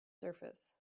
surface